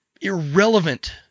irrelevant